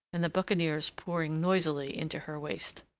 and the buccaneers pouring noisily into her waist.